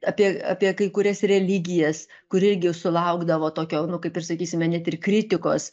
apie apie kai kurias religijas kur irgi sulaukdavo tokio nu kaip ir sakysime net ir kritikos